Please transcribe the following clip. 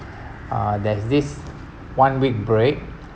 uh there's this one week break